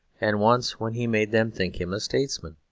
and once when he made them think him a statesman.